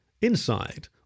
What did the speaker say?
Inside